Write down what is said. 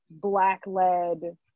black-led